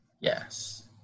Yes